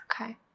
Okay